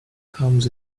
comes